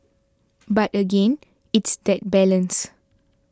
but again it's that balance